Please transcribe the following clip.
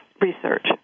research